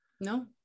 no